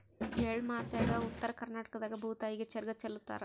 ಎಳ್ಳಮಾಸ್ಯಾಗ ಉತ್ತರ ಕರ್ನಾಟಕದಾಗ ಭೂತಾಯಿಗೆ ಚರಗ ಚೆಲ್ಲುತಾರ